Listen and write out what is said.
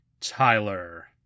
Tyler